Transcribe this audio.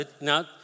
now